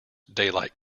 daylight